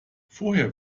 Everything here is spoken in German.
vorher